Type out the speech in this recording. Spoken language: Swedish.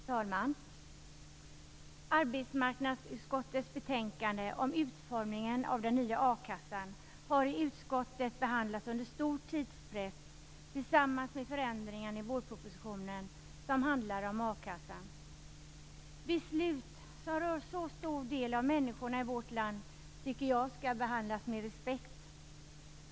Herr talman! Arbetsmarknadsutskottets betänkande om utformningen av den nya a-kassan har i utskottet behandlats under stor tidspress tillsammans med förändringar i vårpropositionen som handlar om akassan. Beslut som rör en så stor del av människorna i vårt land tycker jag skall behandlas med respekt.